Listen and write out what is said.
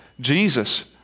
Jesus